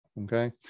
Okay